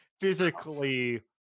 physically